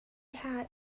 had